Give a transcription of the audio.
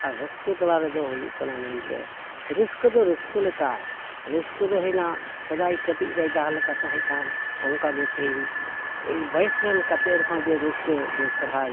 ᱟᱨ ᱨᱟᱹᱥᱠᱟᱹ ᱛᱟᱞᱟ ᱨᱮᱫᱚ ᱦᱩᱭᱩᱜ ᱠᱟᱱᱟ ᱢᱮᱱᱛᱮ ᱨᱟᱹᱥᱠᱟᱹ ᱫᱚ ᱨᱟᱹᱥᱠᱟᱹ ᱞᱮᱠᱟ ᱨᱟᱹᱥᱠᱟᱹ ᱫᱚ ᱦᱩᱭᱱᱟ ᱥᱮᱫᱟᱭ ᱠᱟᱹᱴᱤᱡ ᱨᱮ ᱡᱟᱦᱟᱸ ᱞᱮᱠᱟ ᱛᱟᱦᱮᱸ ᱠᱟᱱ ᱚᱱᱠᱟ ᱜᱮ ᱛᱮᱦᱮᱧ ᱵᱚᱭᱮᱥ ᱨᱮᱱ ᱠᱟᱛᱮᱫ ᱨᱮᱦᱚᱸ ᱡᱮ ᱨᱟᱹᱥᱠᱟᱹ ᱡᱮ ᱥᱚᱦᱨᱟᱭ